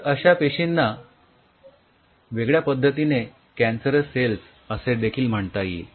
तर अश्या पेशींना वेगळ्या पद्धतीने कँसरस सेल्स असे देखील म्हणता येईल